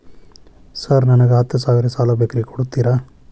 Sir ನನಗ ಹತ್ತು ಸಾವಿರ ಸಾಲ ಬೇಕ್ರಿ ಕೊಡುತ್ತೇರಾ?